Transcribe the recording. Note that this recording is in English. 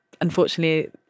unfortunately